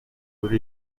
kuri